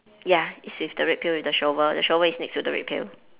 ya it's with the red pail with the shovel the shovel is next to the red pail